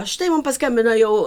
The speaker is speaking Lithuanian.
štai mum paskambino jau